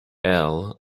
elle